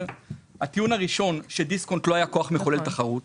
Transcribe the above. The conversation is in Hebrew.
הטיעון הראשון הוא שדיסקונט לא היה כוח מחולל תחרות.